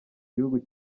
gihugu